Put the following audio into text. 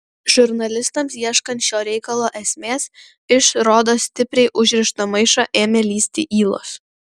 žurnalistams ieškant šio reikalo esmės iš rodos stipriai užrišto maišo ėmė lįsti ylos